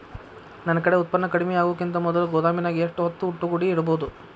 ನನ್ ಕಡೆ ಉತ್ಪನ್ನ ಕಡಿಮಿ ಆಗುಕಿಂತ ಮೊದಲ ಗೋದಾಮಿನ್ಯಾಗ ಎಷ್ಟ ಹೊತ್ತ ಒಟ್ಟುಗೂಡಿ ಇಡ್ಬೋದು?